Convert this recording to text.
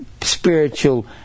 spiritual